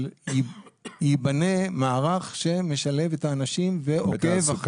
אבל ייבנה מערך שמשלב את האנשים ועוקב --- תעסוקה